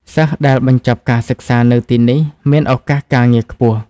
សិស្សដែលបញ្ចប់ការសិក្សានៅទីនេះមានឱកាសការងារខ្ពស់។